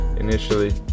initially